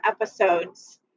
episodes